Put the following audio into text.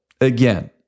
Again